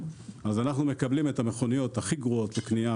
אז אנחנו מקבלים את המכוניות הכי גרועות לקנייה,